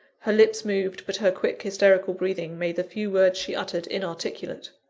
her lips moved, but her quick, hysterical breathing made the few words she uttered inarticulate.